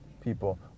people